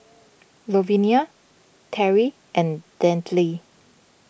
Louvenia Terry and Delaney